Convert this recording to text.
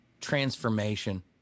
transformation